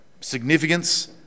significance